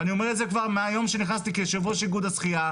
ואני אומר את זה כבר מהיום הראשון שנכנסתי כיו"ר איגוד השחיה,